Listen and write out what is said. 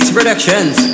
Productions